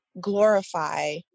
glorify